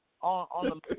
on